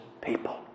people